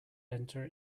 enter